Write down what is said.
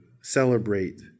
celebrate